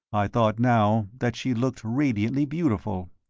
i thought now that she looked radiantly beautiful.